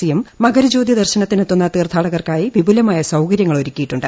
സിയും മകരജ്യോതി ദർശനത്തിനെത്തുന്ന തീർത്ഥാടകർക്കായി വിപുലമായ സൌകര്യങ്ങൾ ഒരുക്കിയിട്ടുണ്ട്